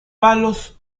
palos